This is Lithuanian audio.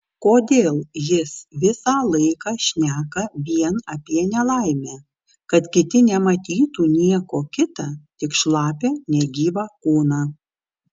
kodėl jis visą laiką šneka vien apie nelaimę kad kiti nematytų nieko kita tik šlapią negyvą kūną